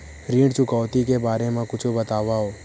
ऋण चुकौती के बारे मा कुछु बतावव?